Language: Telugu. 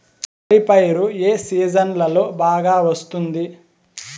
వరి పైరు ఏ సీజన్లలో బాగా వస్తుంది